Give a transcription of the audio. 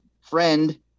friend